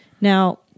Now